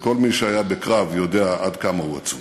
וכל מי שהיה בקרב יודע עד כמה הוא עצום.